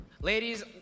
Ladies